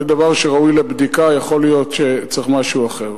זה דבר שראוי לבדיקה, יכול להיות שצריך משהו אחר.